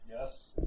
Yes